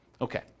Okay